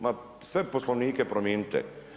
Ma sve poslovnike promijenite.